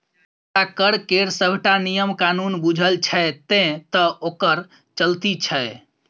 ओकरा कर केर सभटा नियम कानून बूझल छै तैं तँ ओकर चलती छै